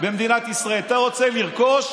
במדינת ישראל, אם אתה רוצה לרכוש